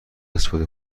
استفاده